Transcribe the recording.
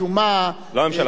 משום מה, לא הממשלה.